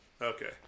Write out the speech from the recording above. Okay